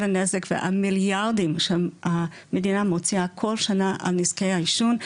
הנזק והמיליארדים שהמדינה מוציאה כל שנה על נזקי העישון,